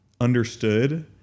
understood